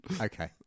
Okay